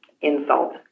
insult